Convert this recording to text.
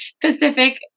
Pacific